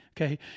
Okay